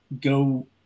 go